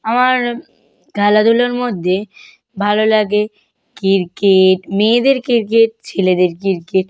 আমার খেলাধুলোর মধ্যে ভালো লাগে ক্রিকেট মেয়েদের ক্রিকেট ছেলেদের ক্রিকেট